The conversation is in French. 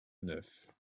neuf